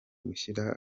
gushyira